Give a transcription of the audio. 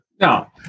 No